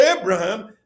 Abraham